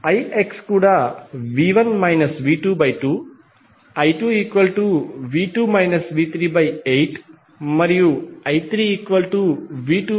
ix కూడా V1 V22 I2 V2 V38 మరియు I3V24